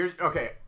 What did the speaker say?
Okay